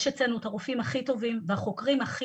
יש אצלנו את הרופאים הכי טובים והחוקרים הכי